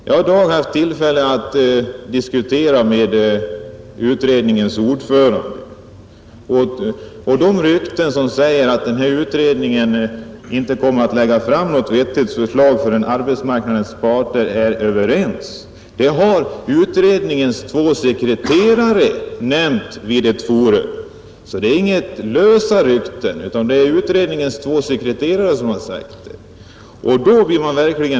Jag har i dag haft tillfälle att diskutera med utredningens ordförande. Beträffande de rykten som säger att denna utredning inte kommer att lägga fram något vettigt förslag förrän arbetsmarknadens parter är överens så har utredningens två sekreterare nämnt detta vid ett forum. Det är alltså inga lösa rykten utan uppgifter lämnade av utredningens två sekreterare.